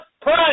pray